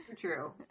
true